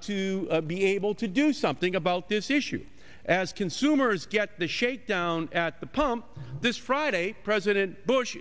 to be able to do something about this issue as consumers get the shakedown at the pump this friday president bush